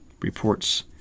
Reports